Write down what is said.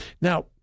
Now